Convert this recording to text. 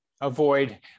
avoid